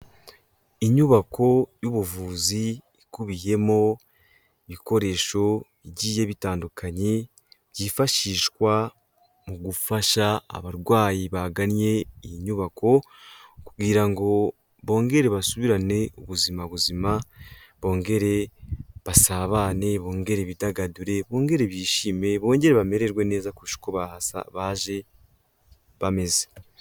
Inyubako y'ubuvuzi ikubiyemo ibikoresho bigiye bitandukanye byifashishwa mu gufasha abarwayi baganye iyi nyubako, kugira ngo bongere basubirane ubuzima buzima, bongere basabane, bongere bidagadure, bongere bishimiye, bongere bamererwe neza kurusha uko baje bameze.